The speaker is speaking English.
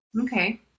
Okay